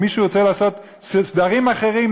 אם מישהו ירצה לעשות סדרים אחרים,